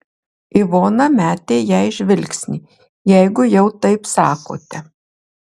ivona metė jai žvilgsnį jeigu jau taip sakote